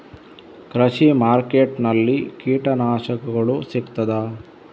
ಕೃಷಿಮಾರ್ಕೆಟ್ ನಲ್ಲಿ ಕೀಟನಾಶಕಗಳು ಸಿಗ್ತದಾ?